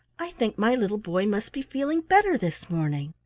i think my little boy must be feeling better this morning.